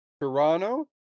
Toronto